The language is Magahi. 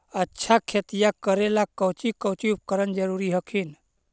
अच्छा खेतिया करे ला कौची कौची उपकरण जरूरी हखिन?